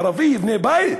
ערבי יבנה בית?